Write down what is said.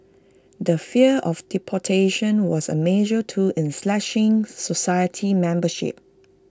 the fear of deportation was A major tool in slashing society membership